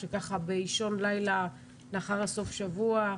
שבאישון לילה לאחר סוף השבוע,